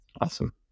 awesome